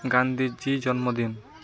ᱜᱟᱱᱫᱷᱤ ᱡᱤ ᱡᱚᱱᱢᱚ ᱫᱤᱱ